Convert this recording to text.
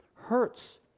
hurts